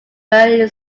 early